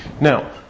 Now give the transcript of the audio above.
Now